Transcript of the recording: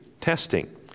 testing